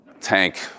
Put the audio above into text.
Tank